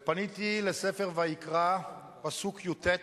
פניתי לספר ויקרא י"ט,